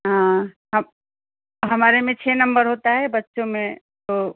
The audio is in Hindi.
हाँ हम हमारे में छः नंबर होता है बच्चों में तो